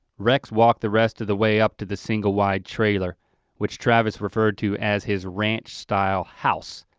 rex walked the rest of the way up to the single wide trailer which travis referred to as his ranch style house,